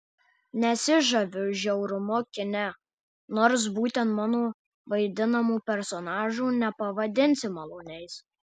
nesižaviu žiaurumu kine nors būtent mano vaidinamų personažų nepavadinsi maloniais